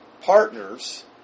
partners